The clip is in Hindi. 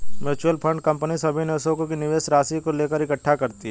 म्यूचुअल फंड कंपनी सभी निवेशकों के निवेश राशि को लेकर इकट्ठे करती है